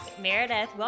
Meredith